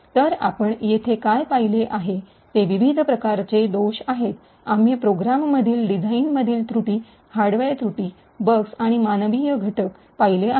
तर आपण येथे काय पाहिले आहे ते विविध प्रकारचे दोष आहेत आम्ही प्रोग्राममधील डिझाइनमधील त्रुटी हार्डवेअर त्रुटी बग्स आणि मानवी घटक पाहिले आहेत